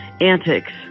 antics